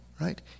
right